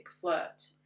flirt